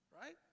Right